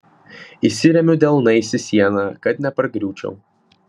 įsiremiu delnais į sieną kad nepargriūčiau